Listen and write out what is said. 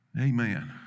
Amen